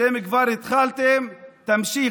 אתם כבר התחלתם, תמשיכו.